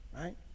right